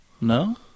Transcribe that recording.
No